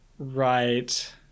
right